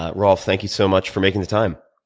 ah rolf, thank you so much for making the time.